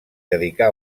dedicà